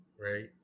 right